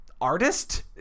artist